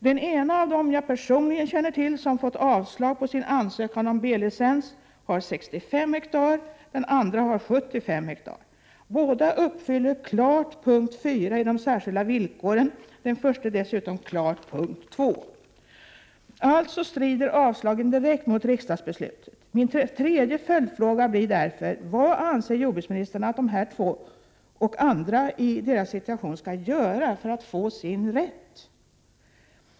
Den ena av de markägare som jag personligen känner till som fått avslag på sin ansökan om B-licens har 65 hektar, den andre har 75 hektar. Båda uppfyller klart punkt 4 i de särskilda villkoren, den förste dessutom klart punkt 2. Alltså strider avslagen direkt mot riksdagsbeslutet. Min tredje följdfråga blir därför: Vad anser jordbruksministern att de båda och andra i deras situation skall göra för att få sin rätt?